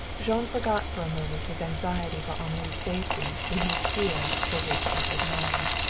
jean forgot for a moment his anxiety for henri's safety in his fear for his peace of mind.